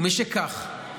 ומשכך,